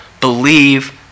believe